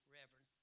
Reverend